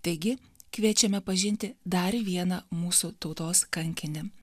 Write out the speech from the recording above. taigi kviečiame pažinti dar vieną mūsų tautos kankinį